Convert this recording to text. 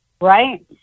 Right